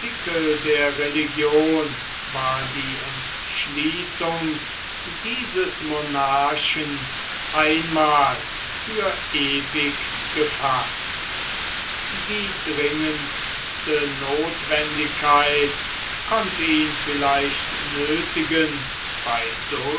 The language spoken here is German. der religion war die entschließung dieses monarchen einmal für ewig gefaßt die dringendste nothwendigkeit konnte ihn vielleicht nöthigen bei